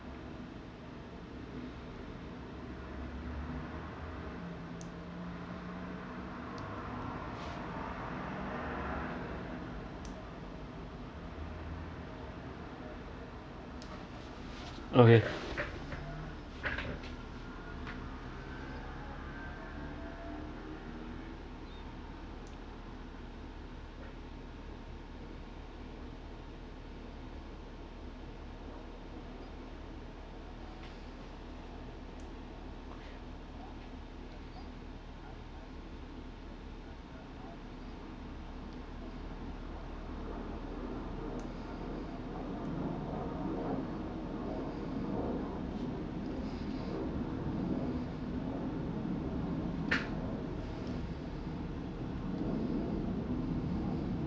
not yet